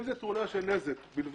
אם זה תאונה של נזק בלבד-